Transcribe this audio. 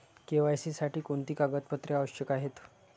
KYC साठी कोणती कागदपत्रे आवश्यक आहेत?